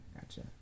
Gotcha